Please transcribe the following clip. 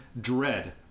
Dread